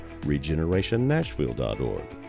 regenerationnashville.org